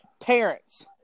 Parents